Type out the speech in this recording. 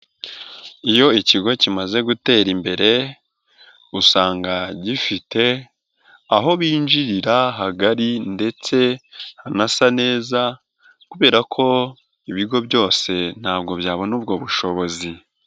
Iyo ikigo kimaze gutera imbere usanga gifite aho binjirira hagari ndetse hanasa neza kubera ko ibigo byose ntabwo byabona ubwo bushobozi.